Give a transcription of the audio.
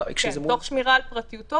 -- תוך שמירה על פרטיותו.